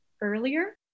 earlier